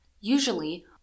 Usually